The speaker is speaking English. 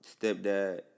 stepdad